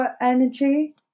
energy